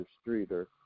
Streeter